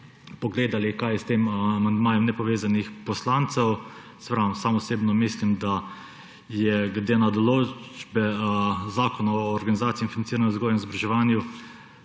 pogledali, kaj je s tem amandmajem nepovezanih poslancev. Saj pravim, sam osebno mislim, da je glede na določbe Zakona o organizaciji in financiranju vzgoje in izobraževanja